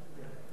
אני לא מזלזל,